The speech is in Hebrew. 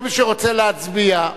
כל מי שרוצה להצביע,